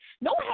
No